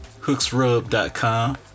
Hooksrub.com